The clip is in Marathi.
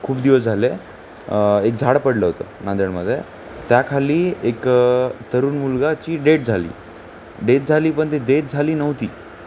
खूप दिवस झाले एक झाड पडलं होतं नांदेडमध्ये त्याखाली एक तरुण मुलगाची डेट झाली डेत झाली पण ती देत झाली नव्हती